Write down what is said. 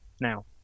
now